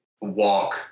walk